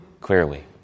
clearly